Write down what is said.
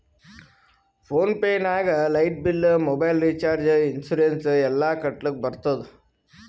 phone pay ನಾಗ್ light bill, mobile recharge, insurance ಎಲ್ಲಾ ಕಟ್ಟಲಕ್ ಬರ್ತುದ್